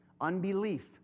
Unbelief